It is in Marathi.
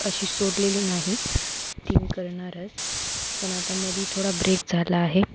अशी सोडलेली नाही तीन करणारच पण आता मध्ये थोडा ब्रेक झाला आहे